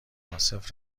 عاصف